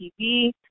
TV